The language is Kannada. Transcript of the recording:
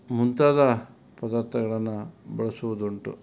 ಮುಂತಾದ ಪದಾರ್ಥಗಳನ್ನು ಬಳಸುವುದುಂಟು